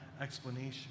explanation